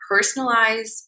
Personalize